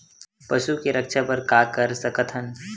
पशु के रक्षा बर का कर सकत हन?